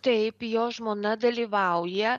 taip jo žmona dalyvauja